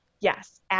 Yes